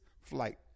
flight